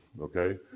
okay